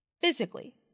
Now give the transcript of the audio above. physically